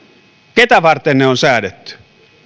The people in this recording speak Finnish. ketä varten ne on säädetty